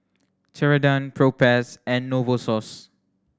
Ceradan Propass and Novosource